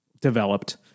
developed